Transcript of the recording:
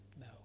No